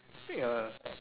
ya